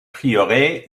prieuré